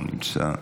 לא נמצא,